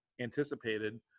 anticipated